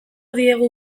diegu